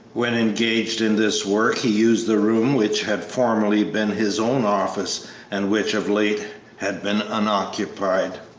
when engaged in this work he used the room which had formerly been his own office and which of late had been unoccupied.